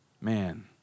Man